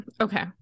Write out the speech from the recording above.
Okay